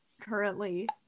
Currently